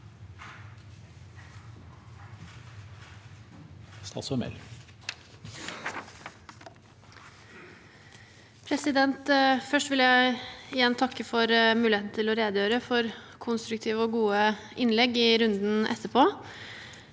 Først vil jeg igjen takke for muligheten til å redegjøre og for konstruktive og gode innlegg i runden etterpå.